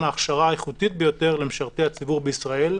ההכשרה האיכותית ביותר למשרתי הציבור בישראל,